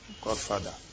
Godfather